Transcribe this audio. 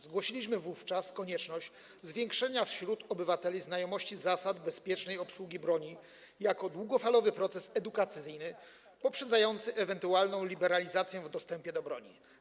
Zgłosiliśmy wówczas konieczność zwiększenia wśród obywateli znajomości zasad bezpiecznej obsługi broni w wyniku długofalowego procesu edukacyjnego poprzedzającego ewentualną liberalizację dostępu do broni.